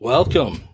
Welcome